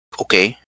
Okay